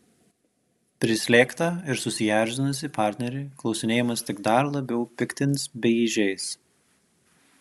prislėgtą ir susierzinusį partnerį klausinėjimas tik dar labiau piktins bei žeis